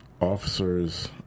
Officers